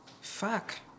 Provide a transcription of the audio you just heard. Fuck